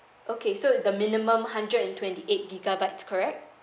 okay so the minimum hundred and twenty eight gigabyte correct